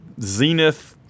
Zenith